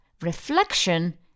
reflection